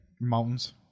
Mountains